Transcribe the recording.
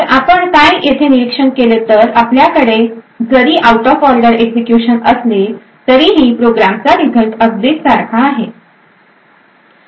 तर आपण काय येथे निरीक्षण केले तर जरी आपल्याकडे आऊट ऑफ ऑर्डर एक्झिक्युशन असले तरीही प्रोग्रामचा रिझल्ट अगदी सारखाच असेल